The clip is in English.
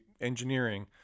engineering